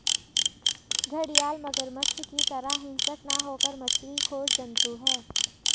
घड़ियाल मगरमच्छ की तरह हिंसक न होकर मछली खोर जंतु है